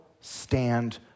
stand